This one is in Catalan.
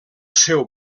seu